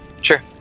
Sure